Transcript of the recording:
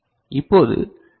இப்போது டி